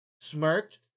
smirked